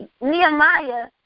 Nehemiah